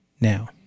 now